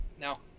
now